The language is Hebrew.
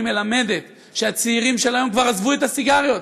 מלמדת שהצעירים של היום כבר עזבו את הסיגריות,